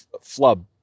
flub